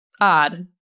odd